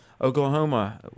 Oklahoma